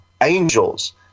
angels